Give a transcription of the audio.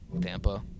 Tampa